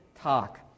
talk